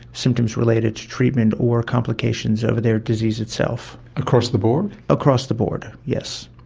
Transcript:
symptoms related to treatment or complications of their disease itself. across the board? across the board, yes.